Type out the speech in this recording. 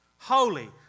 Holy